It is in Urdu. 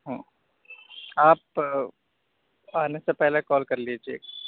ہوں آپ آنے سے پہلے کال کر لیجیے